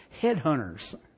Headhunters